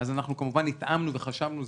אז אנחנו כמובן התאמנו וחשבנו,